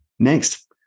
Next